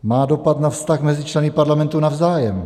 Má dopad na vztah mezi členy Parlamentu navzájem.